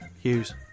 Hughes